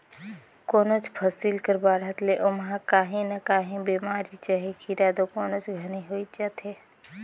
कोनोच फसिल कर बाढ़त ले ओमहा काही न काही बेमारी चहे कीरा दो कोनोच घनी होइच जाथे